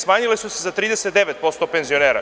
Smanjile su se za 39% penzionera.